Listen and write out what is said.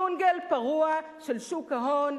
ג'ונגל פרוע של שוק ההון,